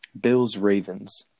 Bills-Ravens